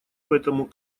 поэтому